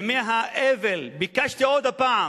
ימי האבל ביקשתי עוד פעם: